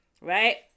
right